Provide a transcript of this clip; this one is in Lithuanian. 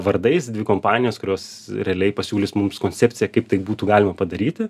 vardais dvi kompanijos kurios realiai pasiūlys mums koncepciją kaip tai būtų galima padaryti